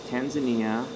Tanzania